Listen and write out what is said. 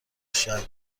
شهر